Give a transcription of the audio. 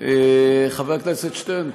חבר הכנסת שטרן,